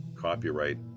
copyright